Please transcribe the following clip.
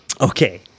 okay